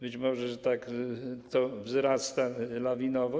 Być może tak to wzrasta, lawinowo.